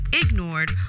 ignored